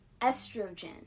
estrogen